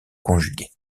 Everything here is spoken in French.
conjuguées